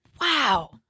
wow